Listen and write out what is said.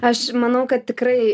aš manau kad tikrai